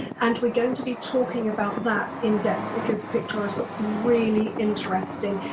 and we're going to be talking about that in depth because victoria's got some really interesting,